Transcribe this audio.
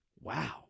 Wow